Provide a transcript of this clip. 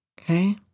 Okay